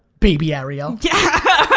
baby ariel. yeah!